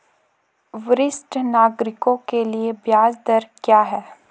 वरिष्ठ नागरिकों के लिए ब्याज दर क्या हैं?